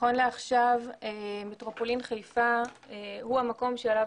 נכון לעכשיו מטרופולין חיפה הוא המקום שעליו